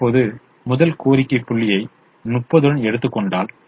இப்போது முதல் கோரிக்கை புள்ளியை 30 உடன் எடுத்துக் கொண்டால்